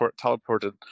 teleported